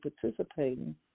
participating